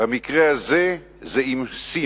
ובמקרה הזה זה עם שׂי"ן.